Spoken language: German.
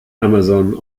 amazon